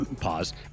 pause